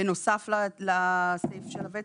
בנוסף לסעיף של הוותק?